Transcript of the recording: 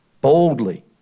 Boldly